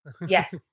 Yes